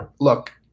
look